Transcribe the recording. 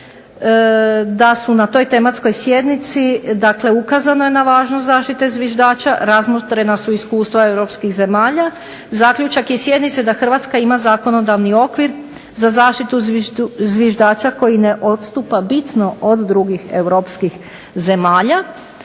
da su na toj tematskoj sjednici, dakle ukazano je na važnost zaštite zviždača, razmotrena su iskustva europskih zemalja. Zaključak je sjednice da Hrvatska ima zakonodavni okvir za zaštitu zviždača koji ne odstupa bitno od drugih europskih zemalja.